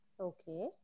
Okay